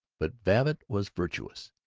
but babbitt was virtuous.